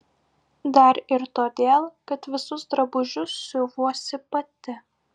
dar ir todėl kad visus drabužius siuvuosi pati